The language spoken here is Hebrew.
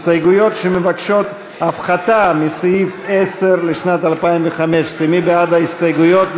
הסתייגויות שמבקשות הפחתה מסעיף 10 לשנת 2015. מי בעד ההסתייגויות?